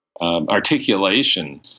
articulation